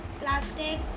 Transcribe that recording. Plastic